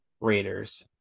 Raiders